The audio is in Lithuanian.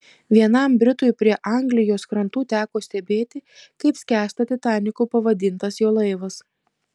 vienam britui prie anglijos krantų teko stebėti kaip skęsta titaniku pavadintas jo laivas